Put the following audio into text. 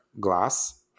Glass